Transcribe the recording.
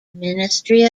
ministry